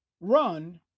run